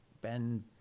Ben